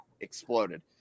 exploded